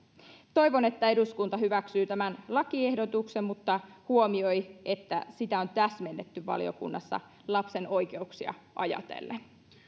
toivon että eduskunta hyväksyy tämän lakiehdotuksen mutta huomioi että sitä on täsmennetty valiokunnassa lapsen oikeuksia ajatellen